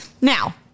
Now